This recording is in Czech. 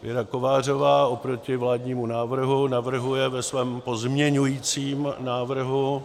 Věra Kovářová oproti vládními návrhu navrhuje ve svém pozměňovacím návrhu